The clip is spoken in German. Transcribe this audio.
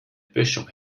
böschung